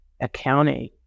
accounting